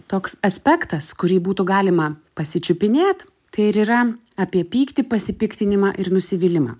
toks aspektas kurį būtų galima pasičiupinėt tai ir yra apie pyktį pasipiktinimą ir nusivylimą